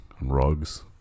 rugs